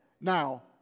Now